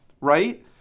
Right